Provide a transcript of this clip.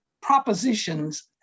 propositions